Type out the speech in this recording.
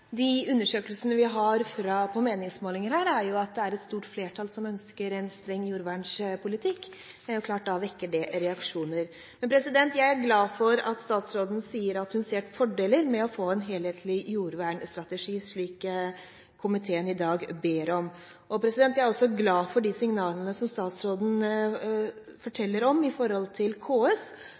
det er et stort flertall som ønsker en streng jordvernpolitikk, og det er klart at da vekker det reaksjoner. Men jeg er glad for at statsråden sier at hun ser fordeler med å få en helhetlig jordvernstrategi, slik komiteen i dag ber om. Jeg er også glad for de signalene som statsråden forteller om når det gjelder KS,